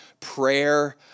prayer